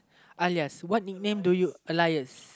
uh ya what nickname do you alias